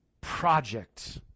project